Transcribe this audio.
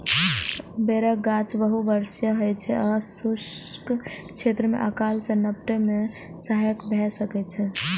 बेरक गाछ बहुवार्षिक होइ छै आ शुष्क क्षेत्र मे अकाल सं निपटै मे सहायक भए सकै छै